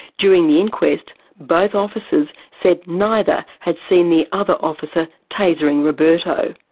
during the inquest both officers said neither had seen the other officer tasering roberto.